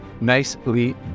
Nicely